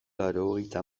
laurogeita